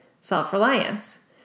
Self-Reliance